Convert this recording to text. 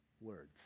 words